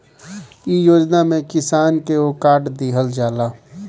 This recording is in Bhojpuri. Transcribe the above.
इ योजना में किसान के एगो कार्ड दिहल जाला